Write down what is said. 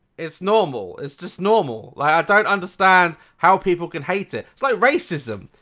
it's normal. it's just normal like i don't understand how people can hate it. it's like racism.